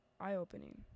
eye-opening